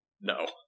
No